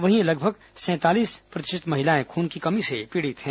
वहीं लगभग सैंतालीस प्रतिशत महिलाएं खून की कमी से पीड़ित हैं